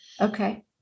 Okay